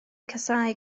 casáu